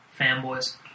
fanboys